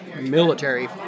military